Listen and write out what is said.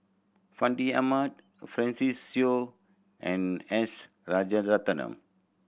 Fandi Ahmad Francis Seow and S Rajaratnam